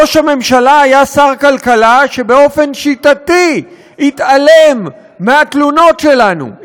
ראש הממשלה היה שר כלכלה שבאופן שיטתי התעלם מהתלונות שלנו,